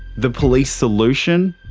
the police solution?